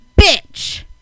bitch